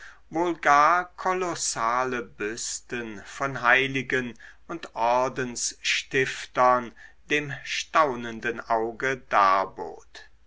wohl gar kolossale büsten von heiligen und ordensstiftern dem staunenden auge